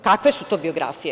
Kakve su to biografije?